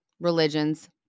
religions